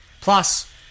Plus